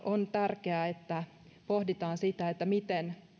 on tärkeää että pohditaan sitä miten